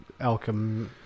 alchem